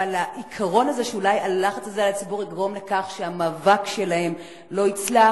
העיקרון הזה שאולי הלחץ הזה על הציבור יגרום לכך שהמאבק שלהם לא יצלח,